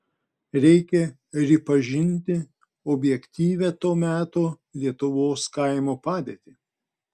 reikia ripažinti objektyvią to meto lietuvos kaimo padėtį